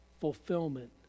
fulfillment